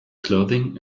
clothing